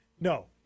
No